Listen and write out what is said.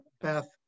Beth